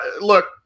Look